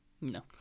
No